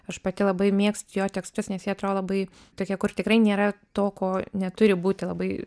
aš pati labai mėgstu jo tekstus nes jie atrodo labai tokie kur tikrai nėra to ko neturi būti labai